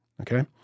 Okay